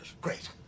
Great